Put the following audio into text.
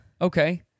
okay